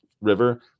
River